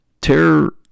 terror